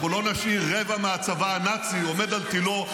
אנחנו לא נשאיר רבע מהצבא הנאצי עומד על תילו,